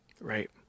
Right